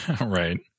Right